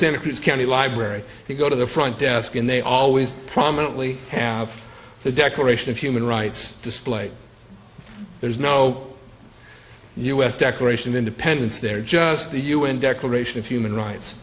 santa cruz county library you go to the front desk and they always prominently have the declaration of human rights displayed there's no u s declaration of independence there just the un declaration of human rights